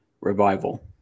revival